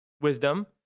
wisdom